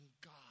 God